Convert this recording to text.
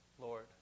Lord